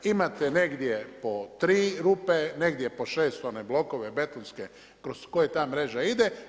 Imate negdje po tri rupe, negdje po šest one blokove betonske kroz koje ta mreža ide.